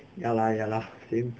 ya lah ya lah same